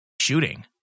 shooting